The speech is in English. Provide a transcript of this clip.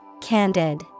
Candid